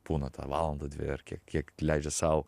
būna tą valandą dvi ar kiek kiek leidžia sau